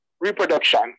Reproduction